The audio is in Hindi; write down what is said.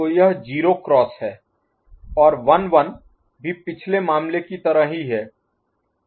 तो यह 0 क्रॉस है और 1 1 भी पिछले मामले की तरह ही है